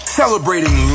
celebrating